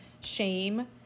shame